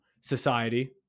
Society